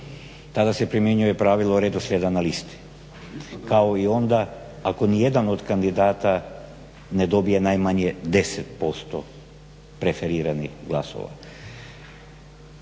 Tada se primjenjuje pravilo redoslijeda na listi kao i onda ako nijedan od kandidata ne dobije najmanje 10% preferiranih glasova.